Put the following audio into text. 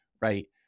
right